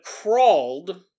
crawled